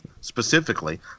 specifically